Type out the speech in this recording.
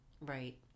Right